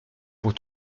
pour